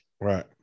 Right